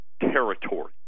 territory